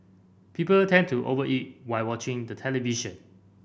people tend to over eat while watching the television